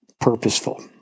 purposeful